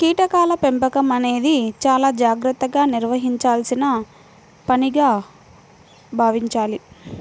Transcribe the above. కీటకాల పెంపకం అనేది చాలా జాగర్తగా నిర్వహించాల్సిన పనిగా భావించాలి